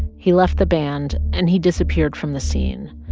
he left the band, and he disappeared from the scene.